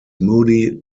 moody